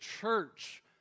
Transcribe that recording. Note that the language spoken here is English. church